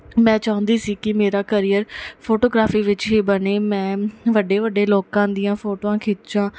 ਮੈਂ ਚਾਹੁੰਦੀ ਸੀ ਕਿ ਮੇਰਾ ਕਰੀਅਰ ਫੋਟੋਗ੍ਰਾਫੀ ਵਿੱਚ ਹੀ ਬਣੇ ਮੈ ਵੱਡੇ ਵੱਡੇ ਲੋਕਾਂ ਦੀਆਂ ਫੋਟੋਆਂ ਖਿੱਚਾਂ